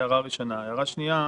הערה שנייה,